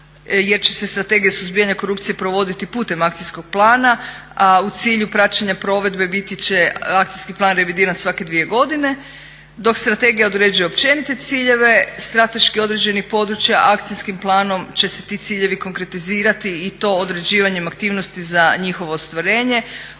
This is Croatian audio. jer će se Strategija suzbijanja korupcije provoditi putem akcijskog plana, a u cilju praćenja provedbe biti će akcijski plan revidiran svake dvije godine dok strategija određuje općenite ciljeve strateški određenih područja, akcijskim planom će se ti ciljevi konkretizirati i to određivanjem aktivnosti za njihovo ostvarenje,